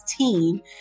2016